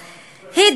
בהחלט.